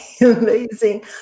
amazing